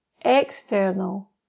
External